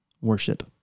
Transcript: worship